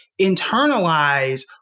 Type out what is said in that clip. internalize